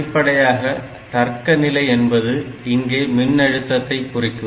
அடிப்படையாக தர்க்க நிலை என்பது இங்கே மின்னழுத்தத்தை குறிக்கும்